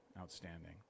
outstanding